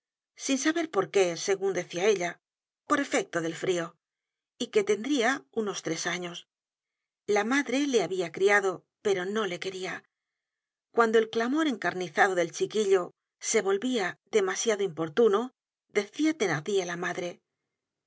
sin saber por qué segun decia ella por efecto del frio y que tendría unos tres años la madre le habia criado pero no le queria cuando el clamor encarnizado del chiquillo se volvia demasiado importuno decia thenardier á la madre